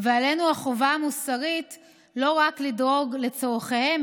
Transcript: ועלינו החובה המוסרית לא רק לדאוג לצורכיהם,